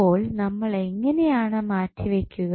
അപ്പോൾ നമ്മൾ എങ്ങനെയാണ് മാറ്റിവയ്ക്കുക